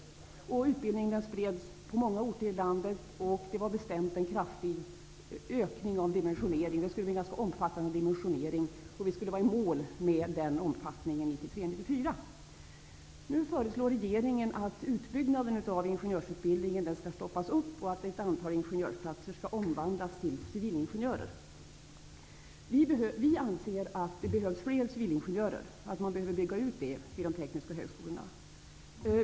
Den nya utbildningen spreds till många orter i landet, och det skulle bli en ganska omfattande dimensionering. Vi skulle vara i mål med den till budgetåret 1993/94. Nu föreslår regeringen att utbyggnaden av ingenjörsutbildningen skall stoppas och att ett antal ingenjörsplatser skall omvandlas till utbildningsplatser för civilingenjörer. Vi anser att det behövs fler civilingenjörer och att utbildningen bör byggas ut vid de tekniska högskolorna.